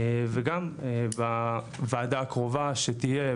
וגם בוועדה הקרובה שתהיה,